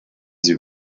sie